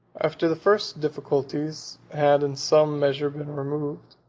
after the first difficulties had in some measure been removed,